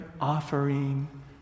offering